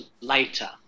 later